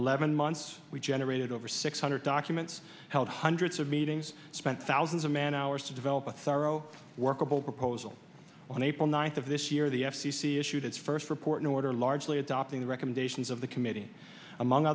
eleven months we generated over six hundred documents held hundreds of meetings spent thousands of man hours to develop a thorough workable proposal on april ninth of this year the f c c issued its first report an order largely adopting the recommendations of the committee among